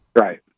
Right